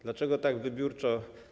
Dlaczego tak wybiórczo?